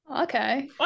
Okay